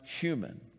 human